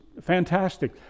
fantastic